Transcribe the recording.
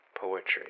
poetry